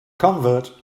convert